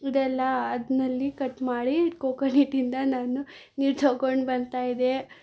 ಇದೆಲ್ಲ ಅದ್ನಲ್ಲಿ ಕಟ್ ಮಾಡಿ ಕೊಕೊನೆಟಿಂದ ನಾನು ನೀರು ತಗೊಂಡು ಬರ್ತಾ ಇದ್ದೆ